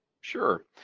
Sure